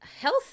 health